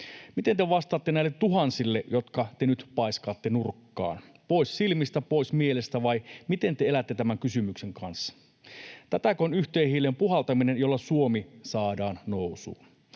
Miten te vastaatte näille tuhansille, jotka te nyt paiskaatte nurkkaan, pois silmistä, pois mielestä, vai miten te elätte tämän kysymyksen kanssa? Tätäkö on yhteen hiileen puhaltaminen, jolla Suomi saadaan nousuun?